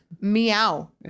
meow